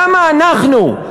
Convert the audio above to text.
למה אנחנו,